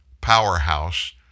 powerhouse